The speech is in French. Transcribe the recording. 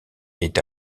est